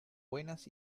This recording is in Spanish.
buenas